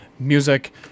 music